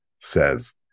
says